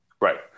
Right